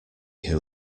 who